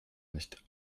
nicht